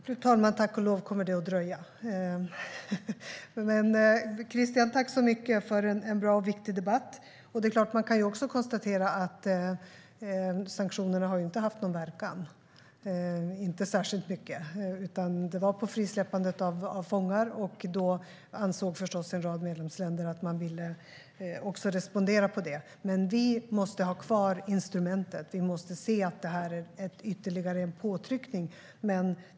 Fru talman! Tack och lov kommer det att dröja. Jag tackar Christian för en bra och viktig debatt. Vi kan konstatera att sanktionerna inte har haft någon särskilt stor verkan. Vad gäller frisläppandet av fångar ansåg en rad medlemsländer att de ville respondera på det. Men vi måste ha kvar instrumentet och se detta som ytterligare en påtryckning.